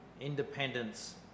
independence